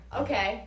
okay